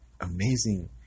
amazing